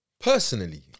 Personally